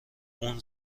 اون